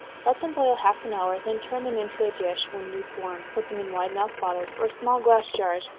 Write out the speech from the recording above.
let them boil half an hour, then turn them into a dish when lukewarm, put them in wide-mouthed bottles, or small glass jars,